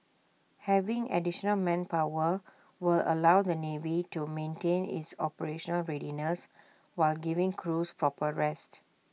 having additional manpower will allow the navy to maintain its operational readiness while giving crews proper rest